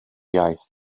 iaith